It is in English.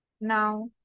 Now